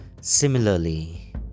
Similarly